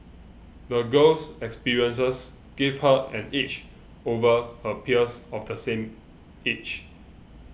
the girl's experiences gave her an edge over her peers of the same age